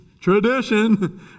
Tradition